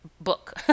book